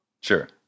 Sure